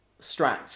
Strats